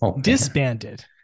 disbanded